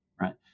right